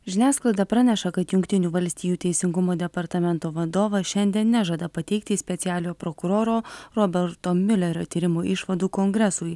žiniasklaida praneša kad jungtinių valstijų teisingumo departamento vadovas šiandien nežada pateikti specialiojo prokuroro roberto miulerio tyrimų išvadų kongresui